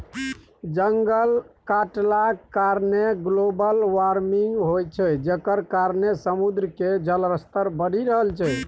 जंगल कटलाक कारणेँ ग्लोबल बार्मिंग होइ छै जकर कारणेँ समुद्र केर जलस्तर बढ़ि रहल छै